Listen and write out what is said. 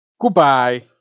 Goodbye